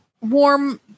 warm